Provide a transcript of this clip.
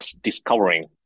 discovering